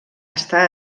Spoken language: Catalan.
està